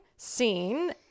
Scene